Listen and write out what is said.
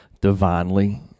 divinely